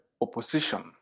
opposition